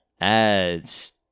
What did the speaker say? Ads